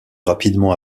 rapidement